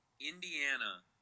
Indiana